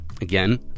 again